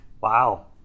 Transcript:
Wow